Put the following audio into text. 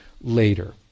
later